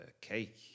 cake